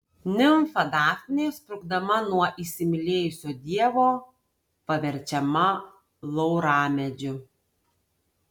nimfa dafnė sprukdama nuo įsimylėjusio dievo paverčiama lauramedžiu